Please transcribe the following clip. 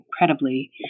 incredibly